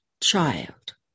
child